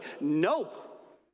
Nope